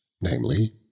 namely